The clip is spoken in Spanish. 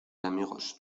amigos